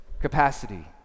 capacity